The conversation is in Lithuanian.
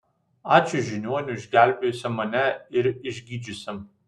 ačiū žiniuoniui išgelbėjusiam mane ir išgydžiusiam